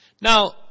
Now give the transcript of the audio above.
Now